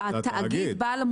התאגיד.